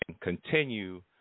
Continue